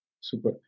Super